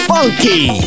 Funky